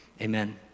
Amen